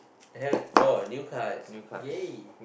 hell oh new cards ya